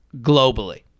globally